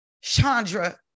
Chandra